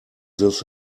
this